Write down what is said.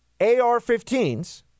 AR-15s